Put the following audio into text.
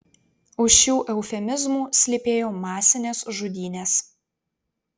už šių eufemizmų slypėjo masinės žudynės